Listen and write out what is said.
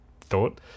thought